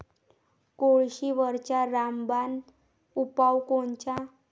कोळशीवरचा रामबान उपाव कोनचा?